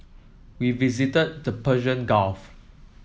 we visited the Persian Gulf